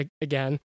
again